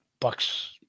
bucks